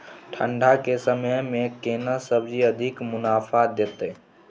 ठंढ के समय मे केना सब्जी अधिक मुनाफा दैत?